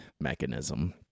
mechanism